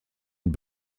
und